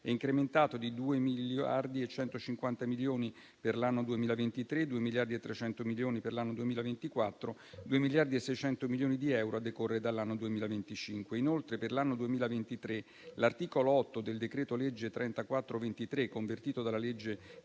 incrementato di 2 miliardi e 150 milioni per l'anno 2023, 2 miliardi e 300 milioni per l'anno 2024, 2 miliardi e 600 milioni di euro a decorrere dall'anno 2025. Inoltre, per l'anno 2023 l'articolo 8 del decreto-legge n. 34 del 2023, convertito dalla legge